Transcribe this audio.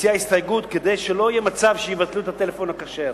והציע הסתייגות כדי שלא יהיה מצב שיבטלו את הטלפון הכשר.